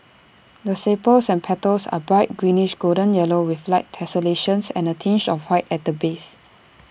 the sepals and petals are bright greenish golden yellow with light tessellations and A tinge of white at the base